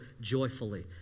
joyfully